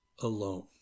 alone